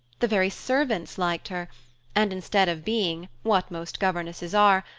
the very servants liked her and instead of being, what most governesses are,